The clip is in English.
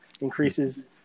increases